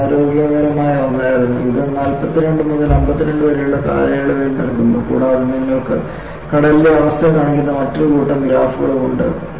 ഇത് അനാരോഗ്യകരമായ ഒന്നാണ് ഇത് 42 മുതൽ 52 വരെയുള്ള കാലയളവിൽ നൽകുന്നു കൂടാതെ നിങ്ങൾക്ക് കടലിലെ അവസ്ഥ കാണിക്കുന്ന മറ്റൊരു കൂട്ടം ഗ്രാഫുകളും ഉണ്ട്